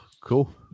cool